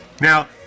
Now